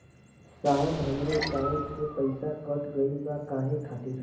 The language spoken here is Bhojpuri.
साहब हमरे एकाउंट से पैसाकट गईल बा काहे खातिर?